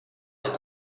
des